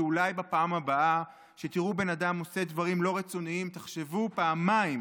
שאולי בפעם הבאה שתראו בן אדם עושה דברים לא רצוניים תחשבו פעמיים